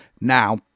Now